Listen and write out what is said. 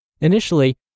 Initially